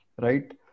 right